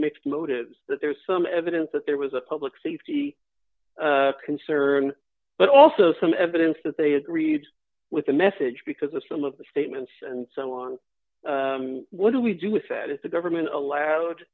mixed motives that there's some evidence that there was a public safety concern but also some evidence that they agreed with the message because of some of the statements and so on what do we do with that is the government